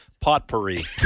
potpourri